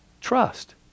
trust